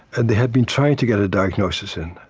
and they had been trying to get a diagnosis in.